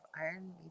iron